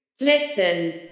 Listen